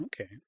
Okay